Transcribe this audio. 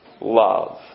Love